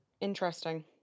Interesting